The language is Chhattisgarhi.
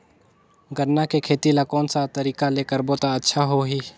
गन्ना के खेती ला कोन सा तरीका ले करबो त अच्छा होही?